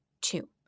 two